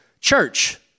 church